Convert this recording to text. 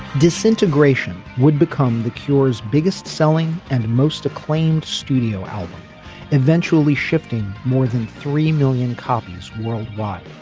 disintegration would become the cure's biggest selling and most acclaimed studio album eventually shifting more than three million copies worldwide.